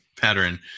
pattern